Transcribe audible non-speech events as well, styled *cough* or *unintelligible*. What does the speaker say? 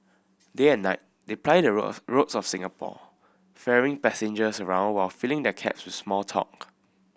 day and night they ply the *unintelligible* roads of Singapore ferrying passengers around while filling their cabs with small talk